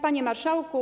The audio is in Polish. Panie Marszałku!